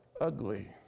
ugly